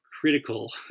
critical